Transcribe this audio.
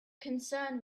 concerned